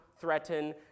threaten